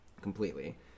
Completely